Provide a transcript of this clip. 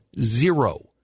zero